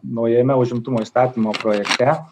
naujame užimtumo įstatymo projekte